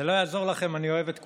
זה לא יעזור לכם, אני אוהב את כולכם.